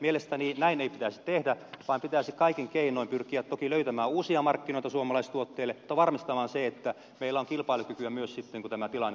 mielestäni näin ei pitäisi tehdä vaan pitäisi kaikin keinoin pyrkiä toki löytämään uusia markkinoita suomalaistuotteille mutta myös varmistamaan se että meillä on kilpailukykyä myös sitten kun tämä tilanne jossain vaiheessa laukeaa